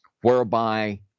whereby